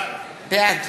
בעד